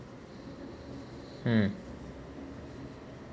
hmm